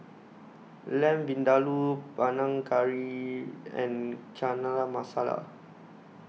Lamb Vindaloo Panang Curry and Chana Masala